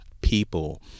people